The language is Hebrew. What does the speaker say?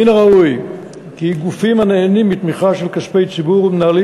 מן הראוי כי גופים הנהנים מתמיכה של כספי ציבור ומנהלים